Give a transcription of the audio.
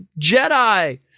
Jedi